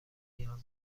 نیاز